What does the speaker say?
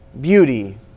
beauty